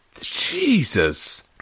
Jesus